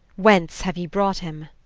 whence have ye brought him?